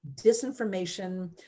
disinformation